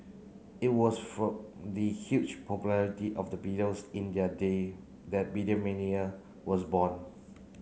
it was from the huge popularity of the Beatles in their day that Beatlemania was born